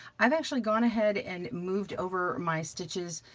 i've actually gone ahead and moved over my stitches,